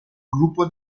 gruppo